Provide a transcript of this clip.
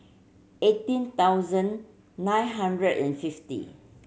eighteen thousand nine hundred and fifty